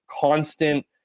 constant